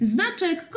Znaczek